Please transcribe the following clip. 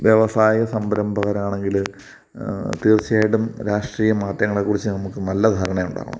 വ്യവസായ സംരംഭകരാണങ്കിൽ തീർച്ചയായിട്ടും രാഷ്ട്രീയ മാധ്യമങ്ങളെ കുറിച്ച് നമുക്ക് നല്ല ധാരണയുണ്ടാവണം